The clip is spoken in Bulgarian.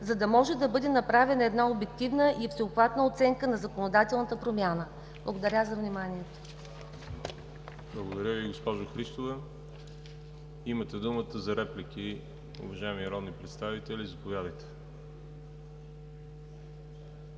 за да може да бъде направена една обективна и всеобхватна оценка на законодателната промяна. Благодаря за вниманието. ПРЕДСЕДАТЕЛ ВАЛЕРИ ЖАБЛЯНОВ: Благодаря Ви, госпожо Христова. Имате думата за реплики, уважаеми народни представители, заповядайте.